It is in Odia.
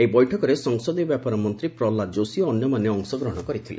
ଏହି ବୈଠକରେ ସଂସଦୀୟ ବ୍ୟାପାର ମନ୍ତ୍ରୀ ପ୍ରହଲ୍ଲାଦ ଯୋଶୀ ଓ ଅନ୍ୟମାନେ ଅଂଶଗ୍ରହଣ କରିଥିଲେ